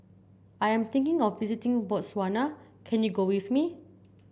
I am thinking of visiting Botswana can you go with me